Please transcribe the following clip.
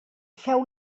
feu